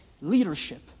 leadership